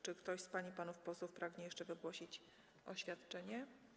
Czy ktoś z pań i panów posłów pragnie jeszcze wygłosić oświadczenie?